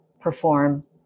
perform